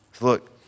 Look